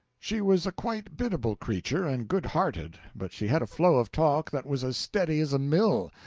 she was a quite biddable creature and good-hearted, but she had a flow of talk that was as steady as a mill,